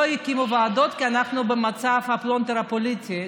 לא יקימו ועדות, כי אנחנו במצב של פלונטר פוליטי.